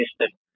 system